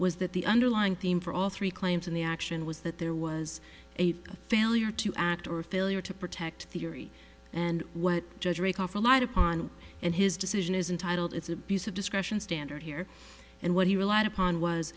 was that the underlying theme for all three claims in the action was that there was a failure to act or a failure to protect theory and what judge or a call for light upon him and his decision is untitled it's abuse of discretion standard here and what he relied upon was